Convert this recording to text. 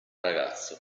ragazzo